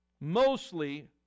mostly